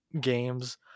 games